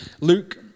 Luke